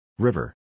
River